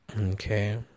Okay